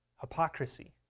hypocrisy